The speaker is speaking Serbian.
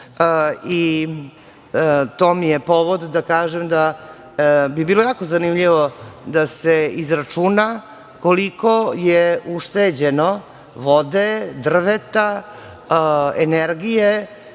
i to mi je povod da kažem da bi bilo jako zanimljivo da se izračuna koliko je ušteđeno vode, drveta, energije,